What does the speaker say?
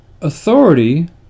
authority